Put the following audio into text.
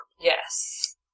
Yes